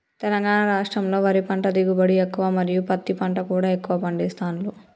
తెలంగాణ రాష్టంలో వరి పంట దిగుబడి ఎక్కువ మరియు పత్తి పంట కూడా ఎక్కువ పండిస్తాండ్లు